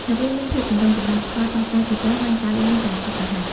នៅពេលមានភាពចម្រូងចម្រាស ផលប៉ះពាល់ជាច្រើនបានកើតឡើងយ៉ាងឆាប់រហ័ស។